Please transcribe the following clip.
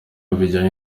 bijyanye